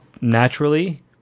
naturally